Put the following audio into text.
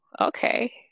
okay